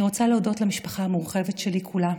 אני רוצה להודות למשפחה המורחבת שלי כולה.